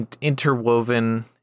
interwoven